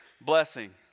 blessing